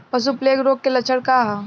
पशु प्लेग रोग के लक्षण का ह?